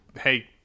hey